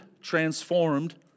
transformed